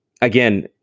again